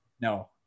No